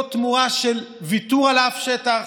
לא תמורת ויתור על אף שטח.